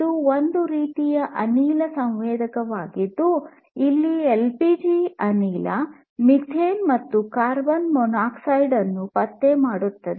ಇದು ಒಂದು ರೀತಿಯ ಅನಿಲ ಸಂವೇದಕವಾಗಿದ್ದು ಅದು ಎಲ್ಪಿಜಿ ಅನಿಲ ಮೀಥೇನ್ ಮತ್ತು ಕಾರ್ಬನ್ ಮಾನಾಕ್ಸೈಡ್ ಅನ್ನು ಪತ್ತೆ ಮಾಡುತ್ತದೆ